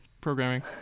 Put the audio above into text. programming